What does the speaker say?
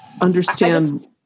understand